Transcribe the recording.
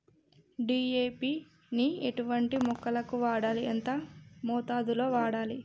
DAP ని ఎటువంటి మొక్కలకు వాడాలి? ఎంత మోతాదులో వాడాలి?